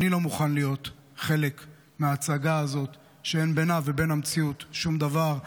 אני לא מוכן להיות חלק מההצגה הזאת שאין בינה ובין המציאות שום דבר,